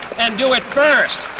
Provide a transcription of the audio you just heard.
and do it first.